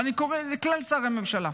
אבל אני קורא לכלל שרי הממשלה: